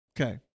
Okay